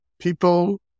people